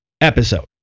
episode